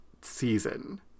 season